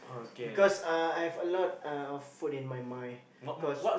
because uh I have a lot uh of food in my mind cause